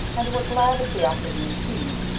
and were glad of the afternoon tea,